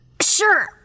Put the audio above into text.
Sure